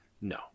No